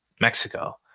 Mexico